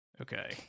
Okay